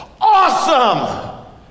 awesome